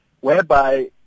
Whereby